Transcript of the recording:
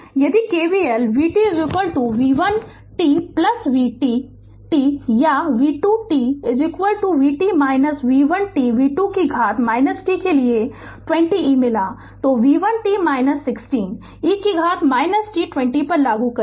Refer Slide Time 3348 यदि KVL vt v1 t v2 t या v2 t vt v1 t v2 कि घात t के लिए 20 e मिला तो v1 t 16 e कि घात t 20 पर लागू करें